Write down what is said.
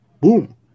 boom